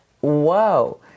whoa